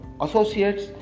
associates